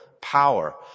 power